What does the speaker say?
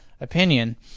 opinion